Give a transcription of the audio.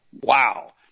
Wow